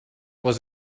was